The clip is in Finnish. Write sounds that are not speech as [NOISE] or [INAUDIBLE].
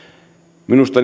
minusta [UNINTELLIGIBLE]